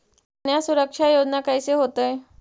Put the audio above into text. कन्या सुरक्षा योजना कैसे होतै?